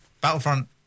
Battlefront